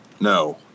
No